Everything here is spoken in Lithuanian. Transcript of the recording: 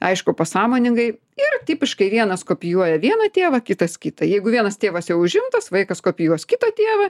aišku pasąmoningai ir tipiškai vienas kopijuoja vieną tėvą kitas kitą jeigu vienas tėvas jau užimtas vaikas kopijuos kitą tėvą